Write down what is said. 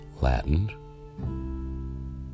Latin